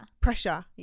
Pressure